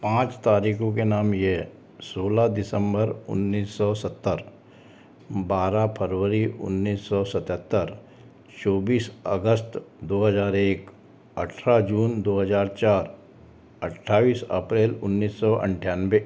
पाँच तारीखों को नाम ये हैं सोलह दिसम्बर उन्नीस सौ सत्तर बारह फरवरी उन्नीस सौ सतहत्तर चौबीस अगस्त दो हजार एक अट्ठारह जून दो हजार चार अट्ठाईस अप्रैल उन्नीस सौ अट्ठानवे